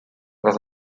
tras